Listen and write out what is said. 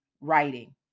writing